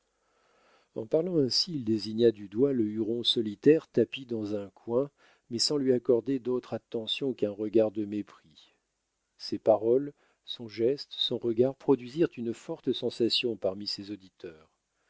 en parlant ainsi il désigna du doigt le huron solitaire tapi dans un coin mais sans lui accorder d'autre attention qu'un regard de mépris ses paroles son geste son regard produisirent une forte sensation parmi ses auditeurs